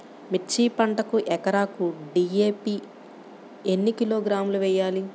మిర్చి పంటకు ఎకరాకు డీ.ఏ.పీ ఎన్ని కిలోగ్రాములు వేయాలి?